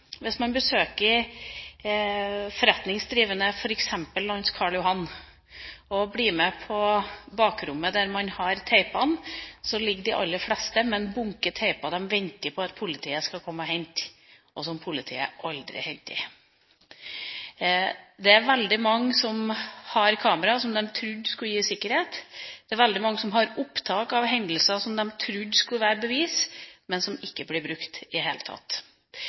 besøker forretningsdrivende, f.eks. langs Karl Johan, og blir med på bakrommet, ligger det der bunker av teiper som man venter på at politiet skal komme og hente, men som politiet aldri henter. Det er veldig mange som har kamera som de trodde skulle gi sikkerhet, og det er veldig mange som har opptak av hendelser som de trodde skulle være bevis, men som ikke blir brukt i det hele tatt.